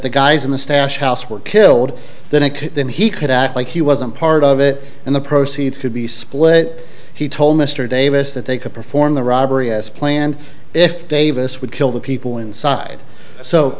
the guys in the stash house were killed the next then he could act like he wasn't part of it and the proceeds could be split he told mr davis that they could perform the robbery as planned if davis would kill the people inside so